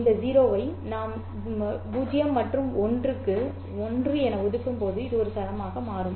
இந்த 0 ஐ நாம் 0 மற்றும் 1 க்கு 1 என ஒதுக்கும்போது இது ஒரு சரமாக மாறும்